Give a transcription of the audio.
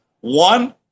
One